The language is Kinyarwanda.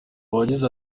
uwagize